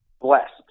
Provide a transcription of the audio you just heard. blessed